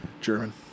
German